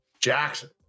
Jackson